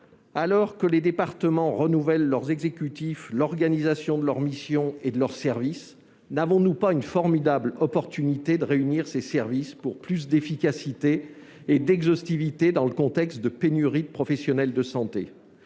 alors que les départements renouvellent leurs exécutifs, l'organisation de leurs missions et de leurs services, n'avons-nous pas une formidable occasion de réunir ces services pour plus d'efficacité et d'exhaustivité dans ce contexte de pénurie de professionnels de santé,